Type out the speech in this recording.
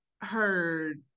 heard